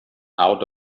out